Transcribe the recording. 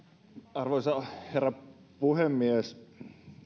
arvoisa herra puhemies